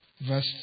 verse